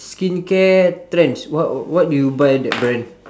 skincare trends what what do you buy the brand